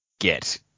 get